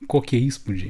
kokie įspūdžiai